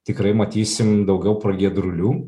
tikrai matysim daugiau pragiedrulių